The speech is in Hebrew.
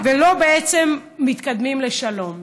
ולא מתקדמים לשלום.